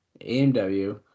AMW